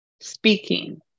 speaking